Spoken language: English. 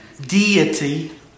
deity